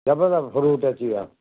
जबरदस्तु फ़्रूट अची वियो आहे